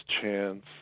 Chance